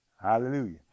hallelujah